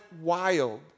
wild